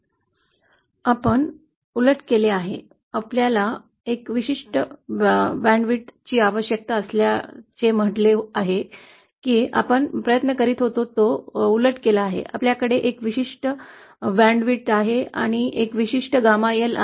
म्हणून आपण उलट केले आहे बँड रुंदीची आवश्यकता असल्याचे म्हटले आहे की आपण प्रयत्न करीत होतो तो उलट केला आहे आमच्याकडे एक विशिष्ट γ L आहे